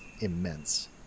immense